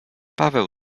paweł